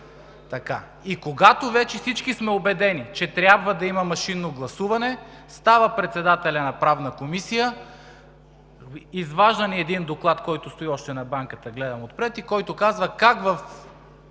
И когато вече всички сме убедени, че трябва да има машинно гласуване, става председателят на Правна комисия, изважда един доклад, който още стои отпред на банката, и казва как във